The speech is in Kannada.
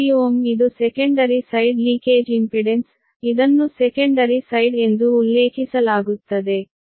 06∟780Ω ಇದು ಸೆಕೆಂಡರಿ ಸೈಡ್ ಲೀಕೇಜ್ ಇಂಪಿಡೆನ್ಸ್ ಇದನ್ನು ಸೆಕೆಂಡರಿ ಸೈಡ್ ಎಂದು ಉಲ್ಲೇಖಿಸಲಾಗುತ್ತದೆ